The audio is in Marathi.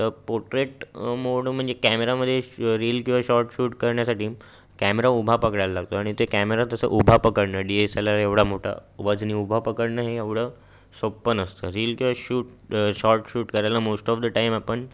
तर पोर्ट्रेट मोड म्हणजे कॅमेऱ्यामध्ये रील किंवा शॉर्ट शूट करण्यासाठी कॅमेरा उभा पकडायला लागतो आणि ते कॅमेरा तसं उभा पकडणं डी एस एल आर एवढा मोठा वजनी उभा पकडणं हे एवढं सोपं नसतं रील किंवा शूट शॉर्ट शूट करायला मोस्ट ऑफ द टाईम आपण